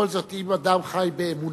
בכל זאת, אם אדם חי באמונתו,